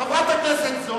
חבר הכנסת פרוש,